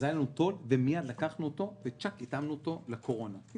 אז היה לו תו”ל ומיד התאמנו אותו לקורונה כי